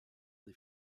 des